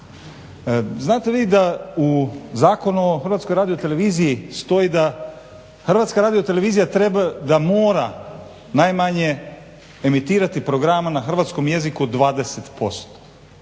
Znate vi da u Zakonu o Hrvatskoj radio-televiziji stoji da Hrvatska radio-televizija da mora najmanje emitirati programa na hrvatskom jeziku 20%.